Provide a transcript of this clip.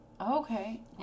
Okay